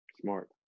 smart